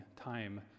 time